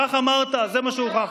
ככה אמרת, זה מה שהוכח.